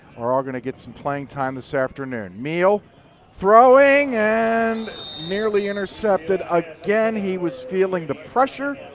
are are going to get some playing time this afternoon. meehl throwing and nearly intercepted again. he was feeling the pressure.